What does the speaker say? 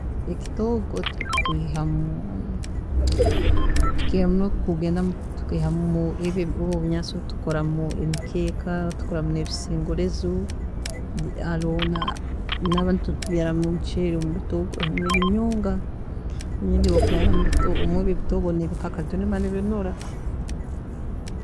﻿Ekitoogo tukiihamu, tukiihamu nokugenda tukiihamu ebi ebinyansi ebi tukoramu emikeeka tukoramu nebisingorezo haroho naba nabandi abantu tubyaaramu omuceeri nebinyonga, hamu nebikaka tubibyaaramu kandi nibiba nibinura.